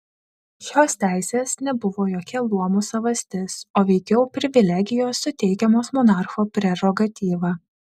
šios teisės nebuvo jokia luomų savastis o veikiau privilegijos suteikiamos monarcho prerogatyva